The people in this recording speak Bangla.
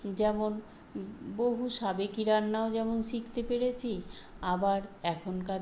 যেমন বহু সাবেকি রান্নাও যেমন শিখতে পেরেছি আবার এখনকার